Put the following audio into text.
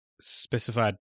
specified